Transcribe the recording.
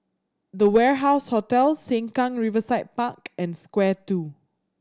The Warehouse Hotel Sengkang Riverside Park and Square Two